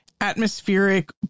atmospheric